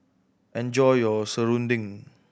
enjoy your serunding